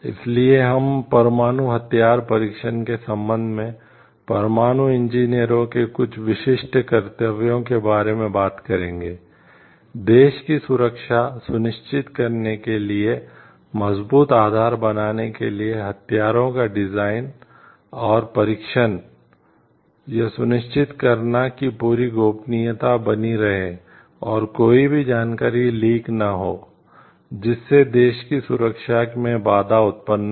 इसलिए हम परमाणु हथियार परीक्षण के संबंध में परमाणु इंजीनियरों और परीक्षण यह सुनिश्चित करना कि पूरी गोपनीयता बनी रहे और कोई भी जानकारी लीक न हो जिससे देश की सुरक्षा में बाधा उत्पन्न हो